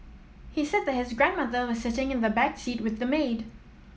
he said that his grandmother was sitting in the back seat with the maid